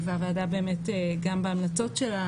והוועדה באמת גם בהמלצות שלה,